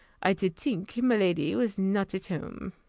i did tink miladi was not at home.